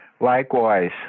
Likewise